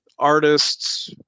artists